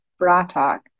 bratok